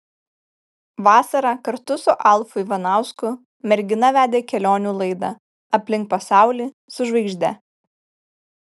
vasarą kartu su alfu ivanausku mergina vedė kelionių laidą aplink pasaulį su žvaigžde